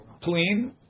clean